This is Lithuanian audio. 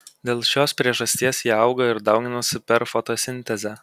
dėl šios priežasties jie auga ir dauginasi per fotosintezę